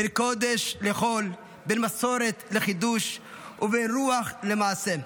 בין קודש לחול, בין מסורת לחידוש ובין רוח למעשה.